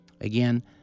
Again